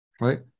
right